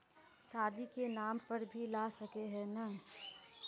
शादी के नाम पर भी ला सके है नय?